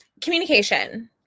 Communication